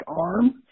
arm